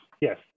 yes